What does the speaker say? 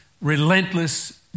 relentless